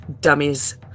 dummies